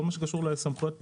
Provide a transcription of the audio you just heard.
כל מה שקשור לסמכויות פקחים,